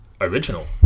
Original